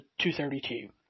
232